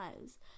lives